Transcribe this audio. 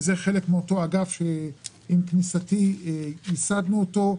וזה חלק מאותו אגף שעם כניסתי ייסדנו אותו,